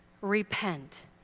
Repent